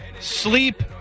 sleep